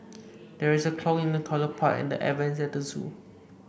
there is a clog in the toilet pipe and the air vents at the zoo